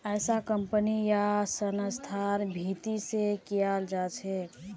ऐसा कम्पनी या संस्थार भीती से कियाल जा छे